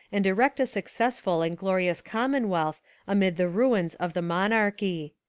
and erect a successful and glorious commonwealth amid the ruins of the monarchy.